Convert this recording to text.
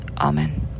amen